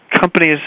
companies